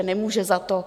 Nemůže za to.